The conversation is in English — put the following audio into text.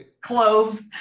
cloves